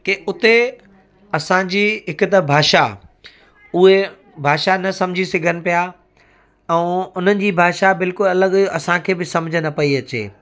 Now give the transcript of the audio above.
के हुते असांजी हिकु त भाषा उहे भाषा न सम्झी सघनि पिया ऐं उन्हनि जी भाषा बिल्कुलु अलॻि असांखे बि सम्झ न पई अचे